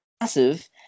massive